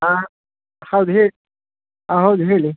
ಆಂ ಹೌದು ಹೇಳಿ ಆಂ ಹೌದು ಹೇಳಿ